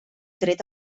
tret